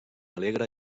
alegre